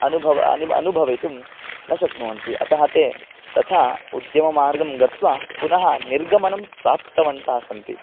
अनुभवः अनु अनुभवितुं न शक्नुवन्ति अतः ते तथा उद्यममार्गं गत्वा पुनः निर्गमनं प्राप्तवन्तः सन्ति